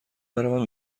بروم